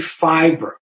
fiber